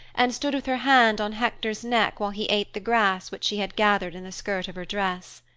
and stood with her hand on hector's neck while he ate the grass which she had gathered in the skirt of her dress.